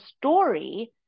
story